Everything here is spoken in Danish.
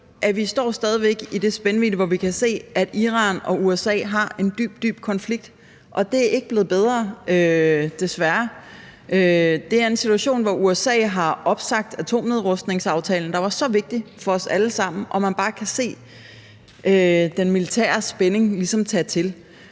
vi står stadig væk i det spænd, hvor vi kan se, at Iran og USA har en dyb, dyb konflikt, og det er ikke blevet bedre, desværre. Det er en situation, hvor USA har opsagt atomnedrustningsaftalen, der var så vigtig for os alle sammen, og man kan bare se den militære spænding ligesom tage til.